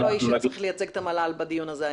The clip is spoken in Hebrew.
לא האיש שצריך לייצג את המל"ל בדיון הזה היום.